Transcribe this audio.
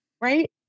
Right